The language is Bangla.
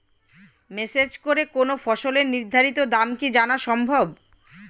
মেসেজ করে কোন ফসলের নির্ধারিত দাম কি জানা সম্ভব?